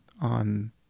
on